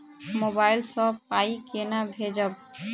Mobile सँ पाई केना भेजब?